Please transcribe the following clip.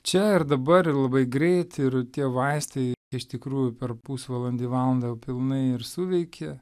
čia ir dabar ir labai greit ir tie vaistai iš tikrųjų per pusvalandį valandą jau pilnai ir suveikia